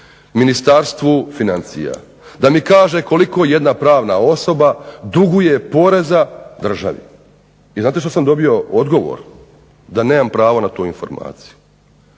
Ministarstvu financija da mi kaže koliko jedna pravna osoba duguje poreza državi. I znate što sam dobio odgovor? Da nemam pravo na tu informaciju